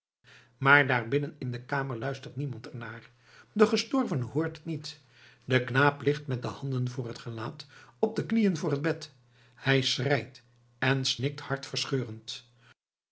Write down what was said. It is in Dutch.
maar daarbinnen in de kamer luistert niemand er naar de gestorvene hoort het niet de knaap ligt met de handen voor het gelaat op de knieën voor het bed hij schreit en snikt hartverscheurend